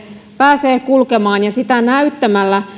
pääsee kulkemaan ja sitä näyttämällä